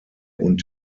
und